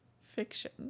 fiction